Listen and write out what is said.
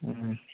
उम उम